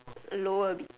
lower a bit